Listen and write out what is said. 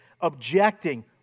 objecting